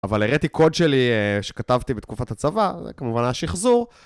אבל הראתי קוד שלי שכתבתי בתקופת הצבא, זה כמובן היה שחזור.